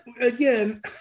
again